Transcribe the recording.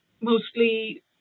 mostly